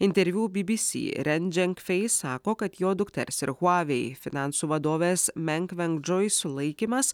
interviu bibisi ren dženkfeis sako kad jo dukters ir huavei finansų vadovės meng vendžui sulaikymas